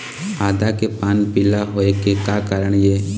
आदा के पान पिला होय के का कारण ये?